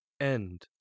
End